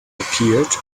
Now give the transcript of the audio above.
appeared